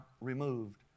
removed